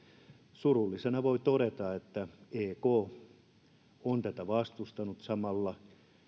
surullisena voi todeta että ek on tätä vastustanut samalla